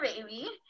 baby